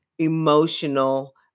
emotional